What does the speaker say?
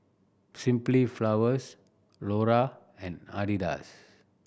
Simply Flowers Lora and Adidas